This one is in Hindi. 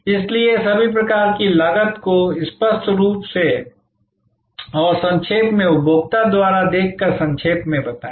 इसलिए सभी प्रकार की लागत को स्पष्ट रूप से और संक्षेप में उपभोक्ता द्वारा देखकर संक्षेप में बताएं